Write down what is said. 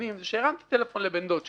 החתונה הוא שהתקשרתי בטלפון לבן דוד שלי.